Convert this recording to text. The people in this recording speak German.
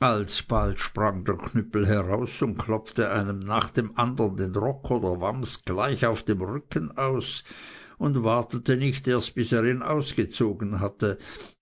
alsbald sprang der knüppel heraus und klopfte einem nach dem andern den rock oder wams gleich auf dem rücken aus und wartete nicht erst bis er ihn ausgezogen hatte